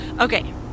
Okay